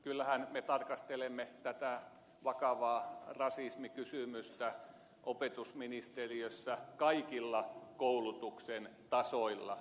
kyllähän me tarkastelemme tätä vakavaa rasismikysymystä opetusministeriössä kaikilla koulutuksen tasoilla